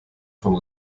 von